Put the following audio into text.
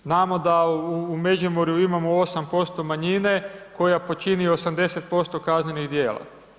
Znamo da u Međimurju imamo 8% manjine koja počini 80% kaznenih djela.